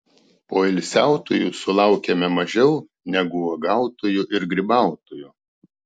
poilsiautojų sulaukiame mažiau negu uogautojų ir grybautojų